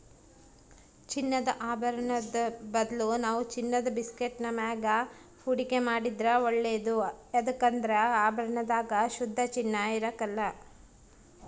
ಚಿನ್ನದ ಆಭರುಣುದ್ ಬದಲು ನಾವು ಚಿನ್ನುದ ಬಿಸ್ಕೆಟ್ಟಿನ ಮ್ಯಾಗ ಹೂಡಿಕೆ ಮಾಡಿದ್ರ ಒಳ್ಳೇದು ಯದುಕಂದ್ರ ಆಭರಣದಾಗ ಶುದ್ಧ ಚಿನ್ನ ಇರಕಲ್ಲ